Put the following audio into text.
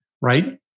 right